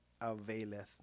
availeth